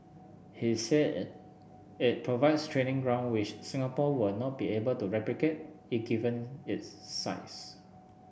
he said it provides training ground which Singapore will not be able to replicate it given its size